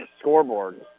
scoreboard